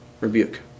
Rebuke